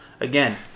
Again